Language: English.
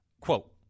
Quote